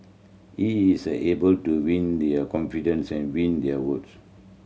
he is able to win their confidence and win their votes